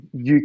UK